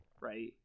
right